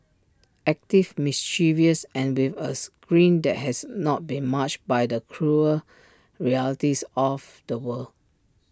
active mischievous and with us grin that has not been marge by the cruel realities of the world